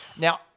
Now